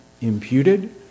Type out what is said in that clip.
imputed